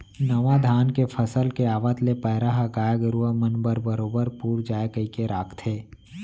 नावा धान के फसल के आवत ले पैरा ह गाय गरूवा मन बर बरोबर पुर जाय कइके राखथें